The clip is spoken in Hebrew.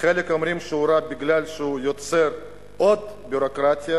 חלק אומרים שהוא רע בגלל שהוא יוצר עוד ביורוקרטיה